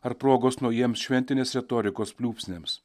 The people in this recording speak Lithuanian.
ar progos naujiems šventinės retorikos pliūpsniams